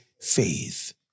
faith